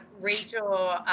rachel